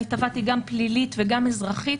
אני תבעתי גם פלילית וגם אזרחית,